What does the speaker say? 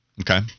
Okay